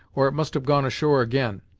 or it must have gone ashore again.